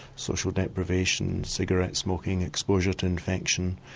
social deprivation, cigarette smoking, exposure to infection,